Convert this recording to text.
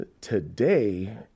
today